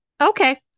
Okay